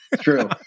true